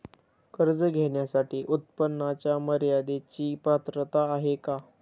कर्ज घेण्यासाठी उत्पन्नाच्या मर्यदेची पात्रता आहे का?